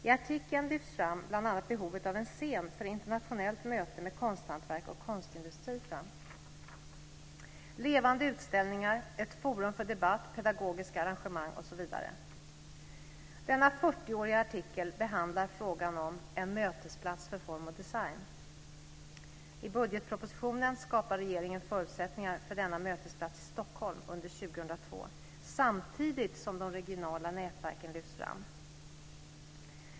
I artikeln lyfts fram bl.a. behovet av en scen för internationellt möte med konsthantverk och konstindustri där man hade levande utställningar, ett forum för debatt, pedagogiska arrangemang osv. Denna 40 åriga artikel behandlar frågan om en mötesplats för form och design. I budgetpropositionen skapar regeringen förutsättningar för denna mötesplats i Stockholm under 2002, samtidigt som de regionala nätverken lyfts fram.